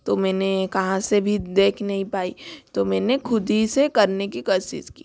तो मैंने कहाँ से भी देख नहीं पाई तो मैंने खुद ही से करने की कोशिश की